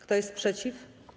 Kto jest przeciw?